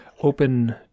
open